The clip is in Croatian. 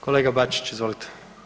Kolega Bačić, izvolite.